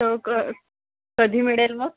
त क कधी मिळेल मग